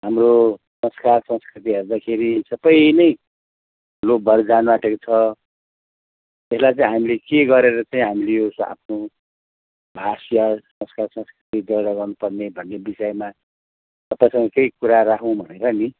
हाम्रो संस्कार संस्कृति हेर्दाखेरि सबै नै लोप भएर जान आँटेको छ यसलाई चाहिँ हामीले के गरेर चाहिँ हामीले यो आफ्नो भाषा संस्कार संस्कृति जगेडा गर्नुपर्ने भन्ने विषयमा तपाईँसँग केही कुरा राखौँ भनेर नि